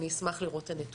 ואני אשמח לראות את הנתונים.